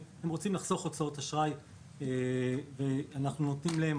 הן רוצות לחסוך הוצאות אשראי ואנחנו נותנים להן